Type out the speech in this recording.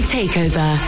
Takeover